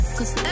Cause